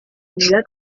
unidad